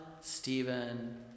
Stephen